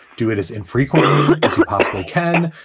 do it as infrequently as you possibly can.